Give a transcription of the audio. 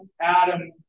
Adam